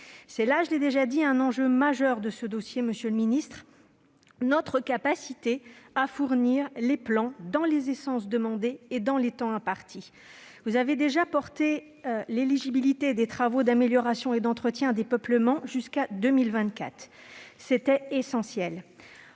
C'est là un enjeu majeur de ce dossier, monsieur le ministre : notre capacité à fournir les plants dans les essences demandées et dans les temps impartis. Vous avez déjà rendu éligibles à ce fonds les travaux d'amélioration et d'entretien des peuplements jusqu'à 2024. C'était essentiel